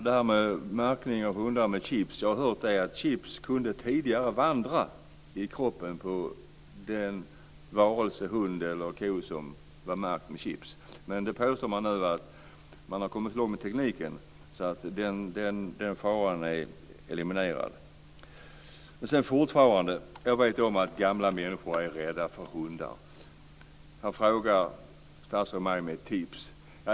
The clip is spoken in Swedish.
Fru talman! Jag har tidigare hört att chips kunde vandra i kroppen på hunden eller kon. Men nu påstås det att man har kommit långt med tekniken så att den faran är eliminerad. Jag vet att gamla människor är rädda för hundar. Sedan ber statsrådet mig om tips.